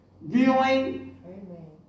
viewing